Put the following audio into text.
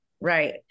right